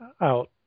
out